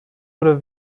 oder